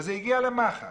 זה הגיע למח"ש.